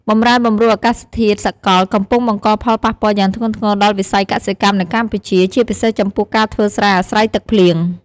បម្រែបម្រួលអាកាសធាតុសកល កំពុងបង្កផលប៉ះពាល់យ៉ាងធ្ងន់ធ្ងរដល់វិស័យកសិកម្មនៅកម្ពុជា ជាពិសេសចំពោះការធ្វើស្រែអាស្រ័យទឹកភ្លៀង។